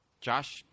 Josh